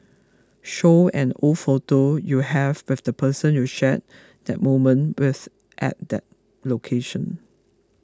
show an old photo you have with the person you shared that moment with at that location